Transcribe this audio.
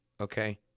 okay